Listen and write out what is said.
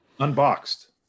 unboxed